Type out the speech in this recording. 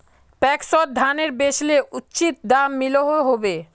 पैक्सोत धानेर बेचले उचित दाम मिलोहो होबे?